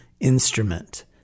instrument